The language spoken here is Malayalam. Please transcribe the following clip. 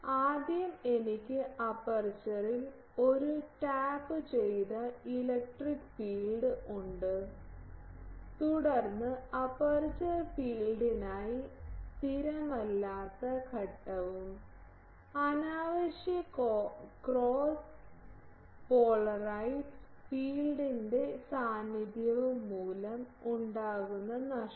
ആദ്യം എനിക്ക് അപ്പേർച്ചറിൽ ഒരു ടാപ്പുചെയ്ത ഇലക്ട്രിക് ഫീൽഡ് ഉണ്ട് തുടർന്ന് അപ്പർച്ചർ ഫീൽഡിനായി സ്ഥിരമല്ലാത്ത ഘട്ടവും അനാവശ്യ ക്രോസ് പോളറൈസ്ഡ് ഫീൽഡിൻറെ സാന്നിധ്യവും മൂലം ഉണ്ടാകുന്ന നഷ്ടം